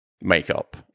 makeup